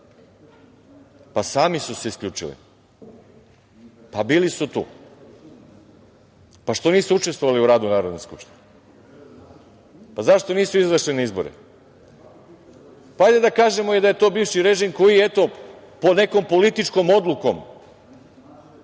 Pa, sami su se isključili, a bili su tu. Pa, što niste učestvovali u radu Narodne skupštine. Pa, zašto niste izašli na izbore. Hajde da kažemo i da je to bivši režim koji je, eto, nekom političkom odlukom,